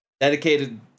Dedicated